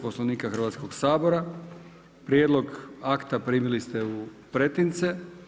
Poslovnika Hrvatskog sabora prijedlog akta primili ste u pretince.